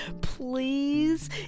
Please